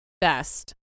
best